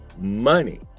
money